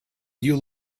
you